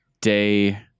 day